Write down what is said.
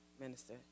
minister